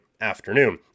afternoon